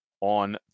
on